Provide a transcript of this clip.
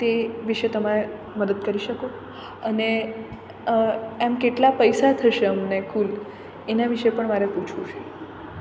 તે વિશે તમે મદદ કરી શકો અને એમ કેટલા પૈસા થશે અમને કુલ એના વિશે પણ મારે પૂછવું છે